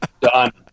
Done